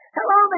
Hello